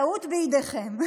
טעות בידיכם.